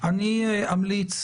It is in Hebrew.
אני אסביר.